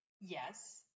Yes